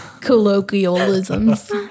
colloquialisms